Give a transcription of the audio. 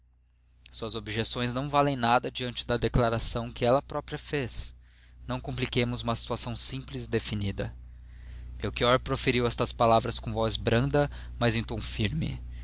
suas objeções não valem nada diante da declaração que ela própria fez não compliquemos uma situação simples e definida melchior proferiu estas palavras com voz branda mas em tom firme